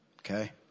Okay